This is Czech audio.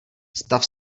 stav